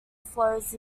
flows